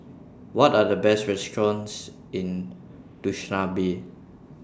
What Are The Best restaurants in Dushanbe